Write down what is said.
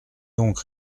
donc